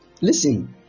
Listen